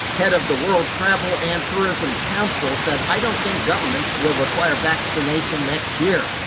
head of the world travel and tourism council, said i don't think governments will require vaccination next year,